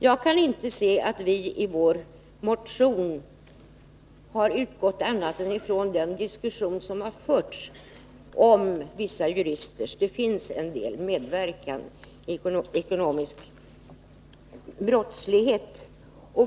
Jag kan inte se att vi i vår motion har utgått från annat än den diskussion som har förts om exempel — det finns en del sådana — på vissa juristers medverkan i ekonomisk brottslighet.